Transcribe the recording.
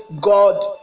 God